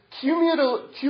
cumulative